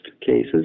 cases